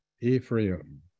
Ephraim